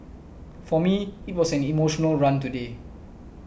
for me it was an emotional run today